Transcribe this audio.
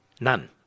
none